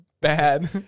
Bad